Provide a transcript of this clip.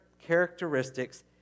characteristics